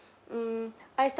mm I